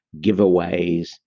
giveaways